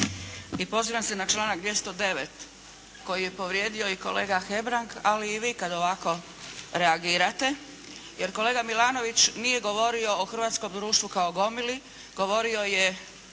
I pozivam se na članak 209. koji je povrijedio kolega Hebrang ali i vi kad ovako reagirate jer kolega Milanović nije govorio o hrvatskom društvu kao gomili. Govorio je